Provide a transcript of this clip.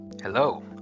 Hello